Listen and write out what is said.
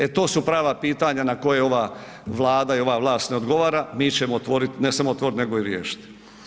E to su prava pitanja na koje ova Vlada i ova vlast ne odgovara, mi ćemo otvorit, ne samo otvoriti nego i riješiti.